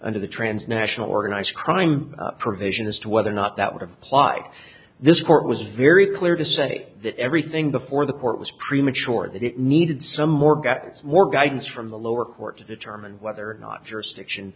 under the transnational organized crime provision as to whether or not that would apply this court was very clear to say that everything before the court was premature that it needed some more got more guidance from the lower court to determine whether or not jurisdiction